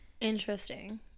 interesting